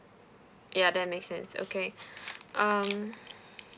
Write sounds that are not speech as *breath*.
ya that make sense okay *breath* um